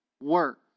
work